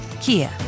Kia